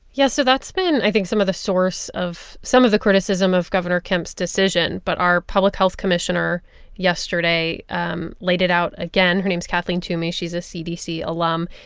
yeah. so that's been, i think, some of the source of some of the criticism of gov. and kemp's decision. but our public health commissioner yesterday um laid it out again. her name's kathleen toomey. she's a cdc alum.